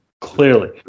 Clearly